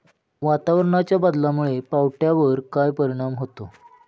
वातावरणाच्या बदलामुळे पावट्यावर काय परिणाम होतो?